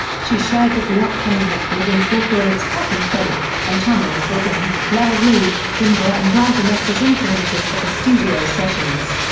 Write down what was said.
she shared that the upcoming record incorporates pop and folk, and channels robyn, la roux, kimbra and dragonette as influences for the studio sessions.